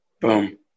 Boom